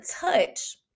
touch